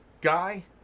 guy